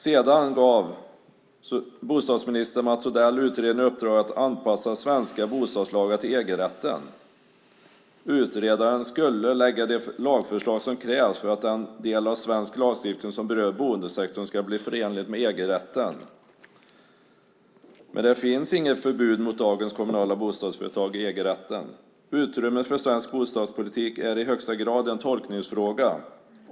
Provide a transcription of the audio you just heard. Sedan gav bostadsminister Mats Odell utredningen i uppdrag att anpassa svenska bostadslagar till EG-rätten: "Utredaren skall lägga de lagförslag som krävs för att den del av svensk lagstiftning som berör bostadssektorn skall bli förenlig med EG-rätten." Men det finns inget förbud mot dagens kommunala bostadsföretag i EG-rätten. Utrymmet för svensk bostadspolitik är i högsta grad en tolkningsfråga.